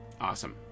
Awesome